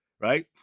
right